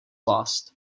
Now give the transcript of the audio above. lost